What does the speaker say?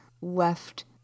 left